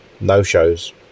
no-shows